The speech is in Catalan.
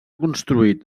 construït